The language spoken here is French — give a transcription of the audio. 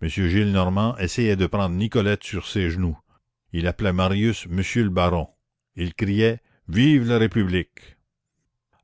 m gillenormand essayait de prendre nicolette sur ses genoux il appelait marius monsieur le baron il criait vive la république